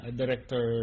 director